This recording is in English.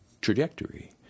trajectory